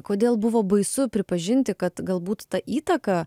kodėl buvo baisu pripažinti kad galbūt ta įtaka